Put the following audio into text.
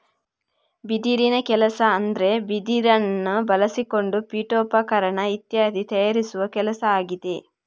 ಬಿದಿರಿನ ಕೆಲಸ ಅಂದ್ರೆ ಬಿದಿರನ್ನ ಬಳಸಿಕೊಂಡು ಪೀಠೋಪಕರಣ ಇತ್ಯಾದಿ ತಯಾರಿಸುವ ಕೆಲಸ ಆಗಿದೆ